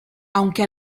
aunque